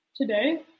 Today